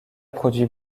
produit